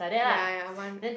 ya ya I want